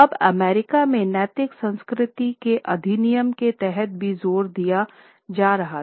अब अमेरिका में नैतिक संस्कृति के अधिनियम के तहत भी जोर दिया जा रहा था